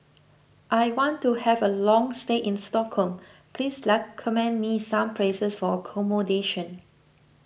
I want to have a long stay in Stockholm please recommend me some places for accommodation